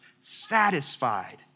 satisfied